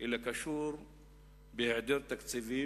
אלא בהעדר תקציבים.